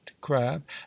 crab